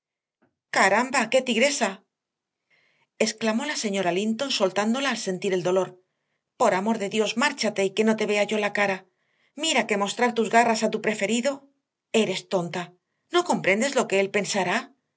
caramba qué tigresa exclamó la señora linton soltándola al sentir el dolor por amor de dios márchate y que no te vea yo la cara mira que mostrar tus garras a tu preferido eres tonta no comprendes lo que él pensará